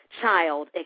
child